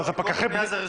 אבל זה פקחי בנייה.